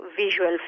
visual